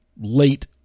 late